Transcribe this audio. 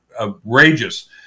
outrageous